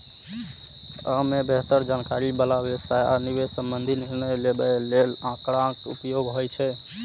अय मे बेहतर जानकारी बला व्यवसाय आ निवेश संबंधी निर्णय लेबय लेल आंकड़ाक उपयोग होइ छै